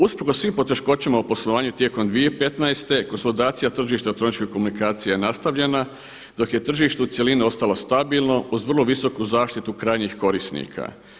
Usprkos svim poteškoćama u poslovanju tijekom 2015. konsolidacija tržišta elektroničkih komunikacija je nastavljena, dok je tržište u cjelini ostalo stabilno uz vrlo visoku zaštitu krajnjih korisnika.